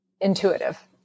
intuitive